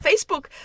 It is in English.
Facebook